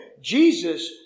Jesus